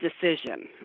decision